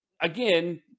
again